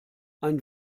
ein